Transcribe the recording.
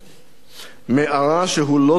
מערה שהוא לא זחל בה,